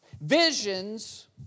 Visions